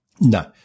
No